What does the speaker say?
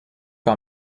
par